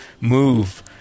move